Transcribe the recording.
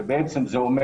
שזה אומר: